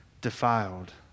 defiled